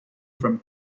from